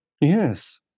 Yes